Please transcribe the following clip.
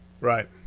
Right